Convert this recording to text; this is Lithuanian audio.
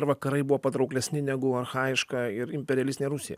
ir vakarai buvo patrauklesni negu archajiška ir imperialistinė rusija